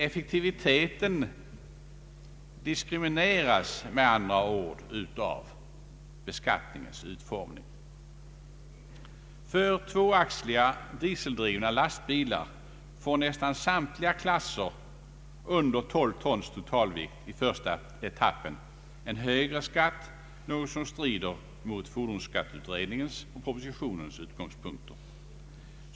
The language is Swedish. Effektiviteten diskrimineras med andra ord av beskattningens utformning. För tvåaxliga dieseldrivna lastbilar får nästan samtliga klasser under 12 tons totalvikt en högre skatt i första etappen, något som strider mot fordonsskatteutredningens direktiv och propositionens utgångspunkter.